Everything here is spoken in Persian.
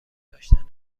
داشتن